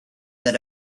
that